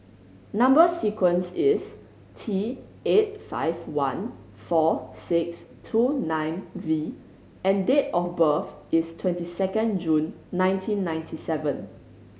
number sequence is T eight five one four six two nine V and date of birth is twenty second June nineteen ninety seven